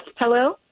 Hello